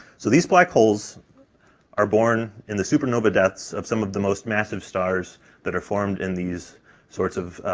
so these black holes are born in the supernova deaths of some of the most massive stars that are formed in these sorts of